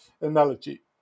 Analogy